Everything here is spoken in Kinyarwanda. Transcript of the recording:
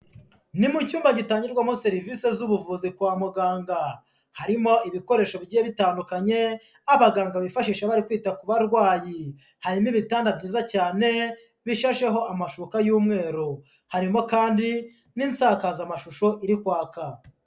Ni mu cyumba gitangirwamo serivisi z'ubuvuzi kwa muganga, harimo ibikoresho bigiye bitandukanye abaganga bifashisha bari kwita ku barwayi, harimo ibitanda byiza cyane bishasheho amashuka y'umweru, harimo kandi n'insakazamashusho iri kwaka.